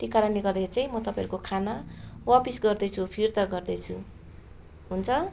त्यही कारणले गर्दाखेरि चाहिँ म तपाईँहरूको खाना वापस गर्दैछु फिर्ता गर्दैछु हुन्छ